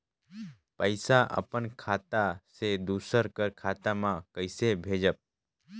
पइसा अपन खाता से दूसर कर खाता म कइसे भेजब?